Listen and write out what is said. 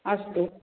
अस्तु